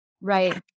Right